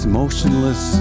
motionless